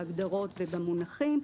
בהגדרות ובמונחים,